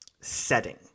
setting